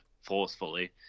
forcefully –